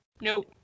Nope